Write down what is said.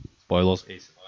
spoilers